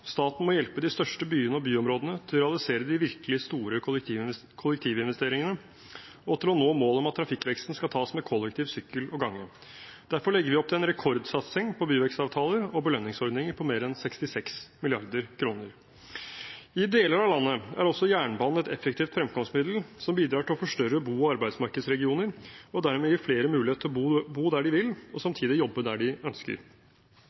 Staten må hjelpe de største byene og byområdene til å realisere de virkelig store kollektivinvesteringene og til å nå målet om at trafikkveksten skal tas med kollektivtransport, sykkel og gange. Derfor legger vi opp til en rekordsatsing på byvekstavtaler og belønningsordninger på mer enn 66 mrd. kr. I deler av landet er også jernbanen et effektivt fremkomstmiddel som bidrar til å forstørre bo- og arbeidsmarkedsregioner og dermed gir flere mulighet til å bo der de vil, og samtidig jobbe der de ønsker.